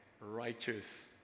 righteous